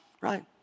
right